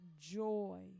joy